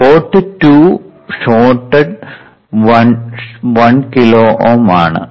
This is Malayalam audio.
പോർട്ട് 2 ഷോർട്ട്ഡ് 1 കിലോ Ω ആണ്